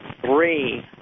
Three